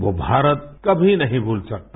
वो भारत कमी नहीं भूल सकता